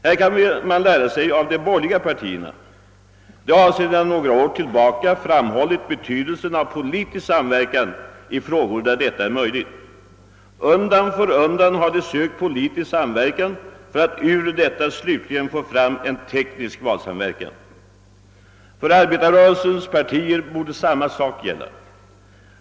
Här kan man lära av de borgerliga partierna. De har sedan några år tillbaka framhållit betydelsen av politisk samverkan i frågor där detta är möjligt. Undan för undan har de sökt politisk samverkan för att ur denna slutligen få fram en teknisk valsamverkan. För arbetarrörelsens partier borde samma sak gälla.